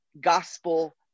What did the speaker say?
gospel